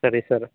ಸರಿ ಸರ್